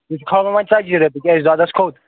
وَنۍ ژتجی رۄپیہِ کیٛازِ دۄدس کھوت